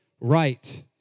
right